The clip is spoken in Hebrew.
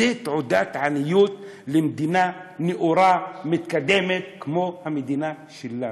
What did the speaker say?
זו תעודת עניות למדינה נאורה ומתקדמת כמו המדינה שלנו.